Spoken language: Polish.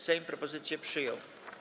Sejm propozycję przyjął.